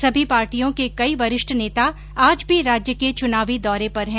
सभी पार्टियों के कई वरिष्ठ नेता आज भी राज्य के चुनावी दौरे पर है